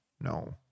no